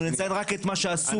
אנחנו נציין רק את מה שאסור לה.